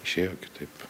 išėjo kitaip